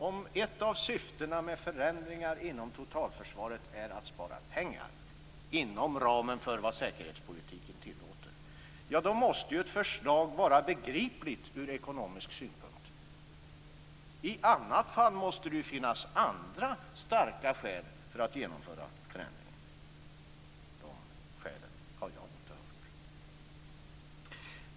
Om ett av syftena med förändringar inom totalförsvaret är att spara pengar inom ramen för vad säkerhetspolitiken tillåter måste ju ett förslag vara begripligt ur ekonomisk synpunkt. I annat fall måste det finnas andra starka skäl för att genomföra förändringen. De skälen har jag inte hört.